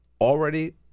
already